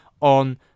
on